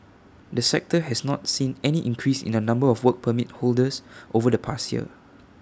the sector has not seen any increase in the number of Work Permit holders over the past year